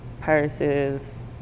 purses